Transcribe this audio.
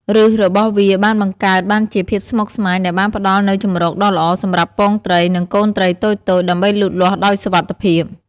ឫសរបស់វាបានបង្កើតបានជាភាពស្មុគស្មាញដែលបានផ្តល់នូវជម្រកដ៏ល្អសម្រាប់ពងត្រី និងកូនត្រីតូចៗ ដើម្បីលូតលាស់ដោយសុវត្ថិភាព។